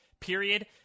period